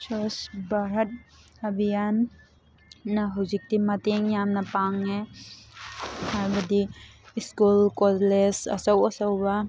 ꯁ꯭ꯋꯥꯁ ꯚꯥꯔꯠ ꯑꯕꯤꯌꯥꯟꯅ ꯍꯧꯖꯤꯛꯇꯤ ꯃꯇꯦꯡ ꯌꯥꯝꯅ ꯄꯥꯡꯉꯦ ꯍꯥꯏꯕꯗꯤ ꯁ꯭ꯀꯨꯜ ꯀꯣꯂꯦꯖ ꯑꯆꯧ ꯑꯆꯧꯕ